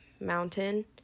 mountain